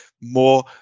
More